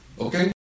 Okay